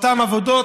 באותן עבודות,